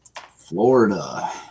Florida